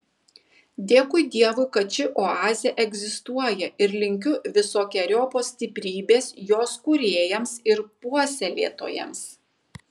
dėkui dievui kad ši oazė egzistuoja ir linkiu visokeriopos stiprybės jos kūrėjams ir puoselėtojams